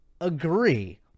agree